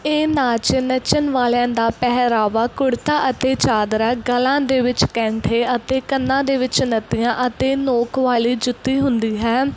ਇਹ ਨਾਚ ਨੱਚਣ ਵਾਲਿਆਂ ਦਾ ਪਹਿਰਾਵਾ ਕੁੜਤਾ ਅਤੇ ਚਾਦਰਾ ਗਲਾਂ ਦੇ ਵਿੱਚ ਕੈਂਠੇ ਅਤੇ ਕੰਨਾਂ ਦੇ ਵਿੱਚ ਨੱਤੀਆਂ ਅਤੇ ਨੋਕ ਵਾਲੀ ਜੁੱਤੀ ਹੁੰਦੀ ਹੈ